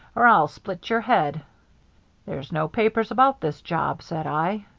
or i'll split your head there's no papers about this job said i.